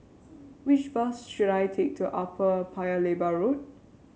which bus should I take to Upper Paya Lebar Road